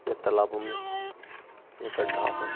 या तालाबमे या गड्ढा होइ